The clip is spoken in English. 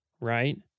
right